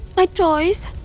my toys.